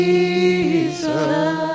Jesus